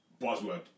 buzzword